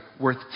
worth